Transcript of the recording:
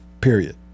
Period